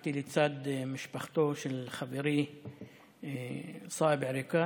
עמדתי לצד משפחתו של חברי סאיב עריקאת,